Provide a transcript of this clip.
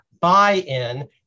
buy-in